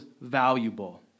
valuable